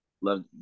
Love